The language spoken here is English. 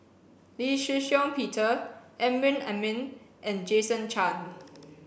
Lee Shih Shiong Peter Amrin Amin and Jason Chan